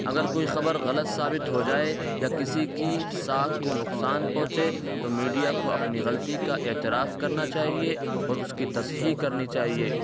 اگر کوئی خبر غلط ثابت ہو جائے یا کسی کی ساکھ کو نقصان پہنچے تو میڈیا کو اپنی غلطی کا اعتراف کرنا چاہیے اور اس کی تصحیح کرنی چاہیے